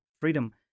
freedom